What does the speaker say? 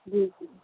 ਜੀ ਜੀ